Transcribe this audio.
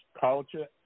culture